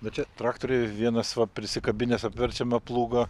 bet čia traktoriai vienas va prisikabinęs apverčiamą plūgą